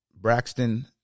Braxton